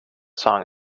song